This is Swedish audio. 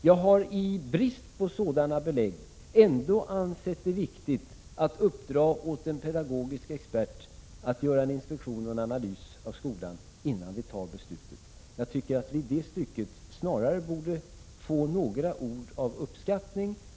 Jag har i brist på sådana belägg ändå ansett det viktigt att uppdra åt en pedagogisk expert att göra en inspektion och analys av skolan, innan vi fattar beslut i ärendet. Jag tycker att vi i det stycket snarare borde få några ord av uppskattning för en — Prot.